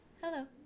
Hello